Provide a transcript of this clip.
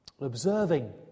observing